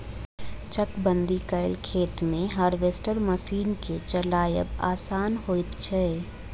चकबंदी कयल खेत मे हार्वेस्टर मशीन के चलायब आसान होइत छै